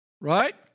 Right